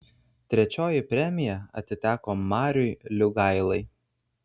trečioji premija atiteko mariui liugailai